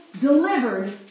delivered